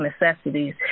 necessities